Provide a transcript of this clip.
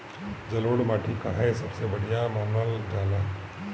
जलोड़ माटी काहे सबसे बढ़िया मानल जाला?